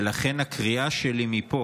ולכן הקריאה שלי מפה